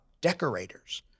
decorators